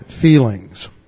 feelings